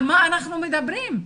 על מה אנחנו מדברים?